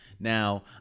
Now